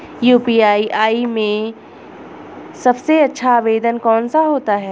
UPI में सबसे अच्छा आवेदन कौन सा होता है?